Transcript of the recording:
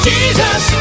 Jesus